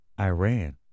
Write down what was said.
Iran